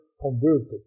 converted